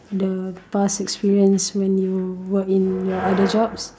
the past experience when you work in your other jobs